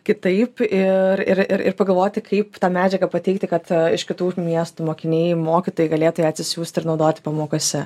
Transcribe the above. kitaip ir ir ir pagalvoti kaip tą medžiagą pateikti kad iš kitų miestų mokiniai mokytojai galėtų atsisiųst ir naudoti pamokose